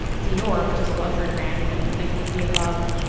and dior, which is a luxury brand you know, you'd think they'd be above.